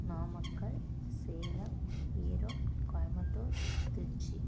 Namakkal Salem Erode Coimbatore Trichy